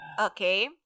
Okay